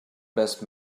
best